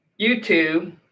YouTube